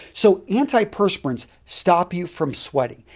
so, antiperspirants stop you from sweating.